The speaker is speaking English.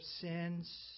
sins